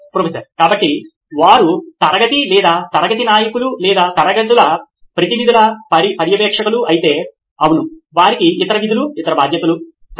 professor కాబట్టి వారు తరగతి లేదా తరగతి నాయకులు లేదా తరగతుల ప్రతినిధి పర్యవేక్షకులు అయితే అవును వారికి ఇతర విధులు ఇతర బాధ్యతలు సరే